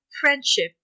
friendship